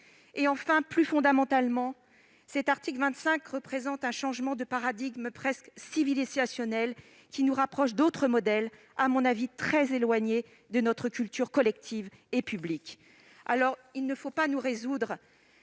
Enfin, plus fondamentalement, l'article 25 représente un changement de paradigme presque civilisationnel, qui nous rapproche d'autres modèles à mon sens très éloignés de notre culture collective et publique. Nous ne devons pas nous résoudre